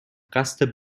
قصد